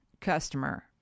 customer